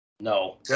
No